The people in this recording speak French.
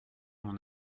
mon